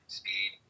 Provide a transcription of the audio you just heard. speed